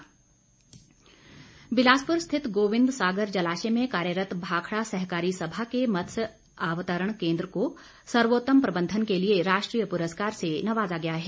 वीरेंद्र कंवर बिलासपुर स्थित गोविन्द सागर जलाश्य में कार्यरत भाखड़ा सहकारी सभा के मत्स्य आवतरण केन्द्र को सर्वोत्तम प्रबंधन के लिए राष्ट्रीय पुरस्कार से नवाजा गया है